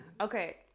Okay